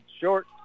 Short